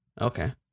Okay